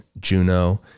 Juno